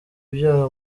ibyaha